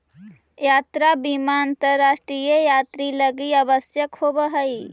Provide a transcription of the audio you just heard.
यात्रा बीमा अंतरराष्ट्रीय यात्रि लगी आवश्यक होवऽ हई